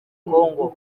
congo